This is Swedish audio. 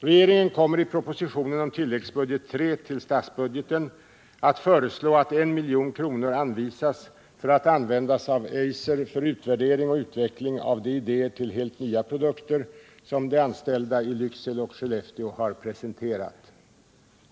Regeringen kommer i propositionen om tilläggsbudget III till statsbudgeten för budgetåret 1978/79 att föreslå att I milj.kr. anvisas för att användas av AB Eiser för utvärdering och utveckling av de idéer till helt nya produkter som de anställda i Lycksele och Skellefteå har presenterat.